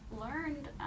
learned